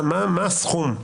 מה הסכום?